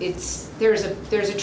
it's there's a there's a